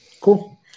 Cool